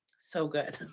so good.